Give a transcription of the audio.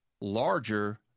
larger